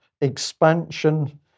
expansion